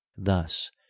Thus